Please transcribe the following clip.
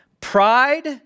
pride